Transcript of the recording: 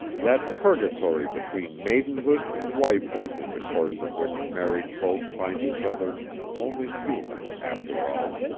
that purgatory between maidenhood and wifehood in the course of which married folk find each other only human, after all.